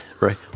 Right